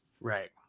right